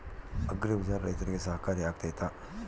Agri Bazaar ರೈತರಿಗೆ ಸಹಕಾರಿ ಆಗ್ತೈತಾ?